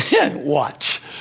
watch